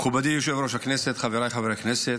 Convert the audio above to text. מכובדי יושב-ראש הישיבה, חבריי חברי הכנסת,